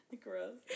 Gross